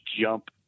jump